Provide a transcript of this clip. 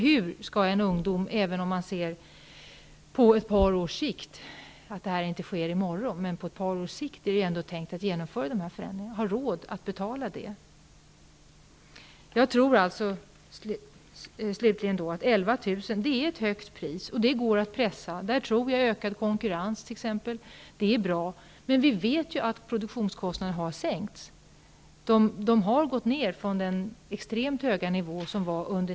Hur skall ungdomar, även om man ser det hela på ett par års sikt som förändringarna skall ta, ha råd att betala hyran? Jag tror att 11 000 kr. är ett högt pris. Det går att pressa det. Jag tror att t.ex. ökad konkurrens är bra, men vi vet ju att produktionskostnaden har sänkts. Det har blivit en sänkning från den extremt höga nivån 1990/91.